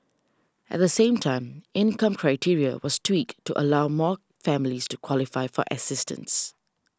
at the same time income criteria was tweaked to allow more families to qualify for assistance